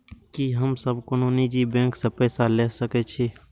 की हम सब कोनो निजी बैंक से पैसा ले सके छी?